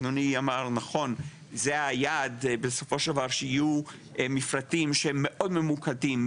אדוני אמר נכון שזה היעד בסופו של דבר שיהיו מפרטים שהם מאוד ממוקדים,